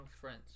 friends